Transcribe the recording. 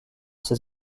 ces